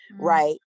right